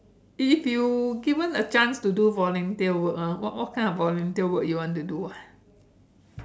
if you given a chance to do volunteer work ah what what kind of volunteer work you want to do ah